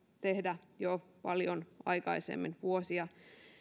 tehdä jo paljon aikaisemmin vuosia